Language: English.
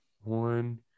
One